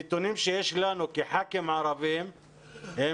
הנתונים שיש לנו חברי הכנסת הערבים הם